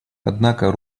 однако